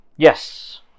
Yes